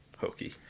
hokey